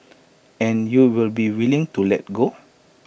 and you will be willing to let go